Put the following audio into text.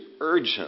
urgent